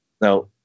Now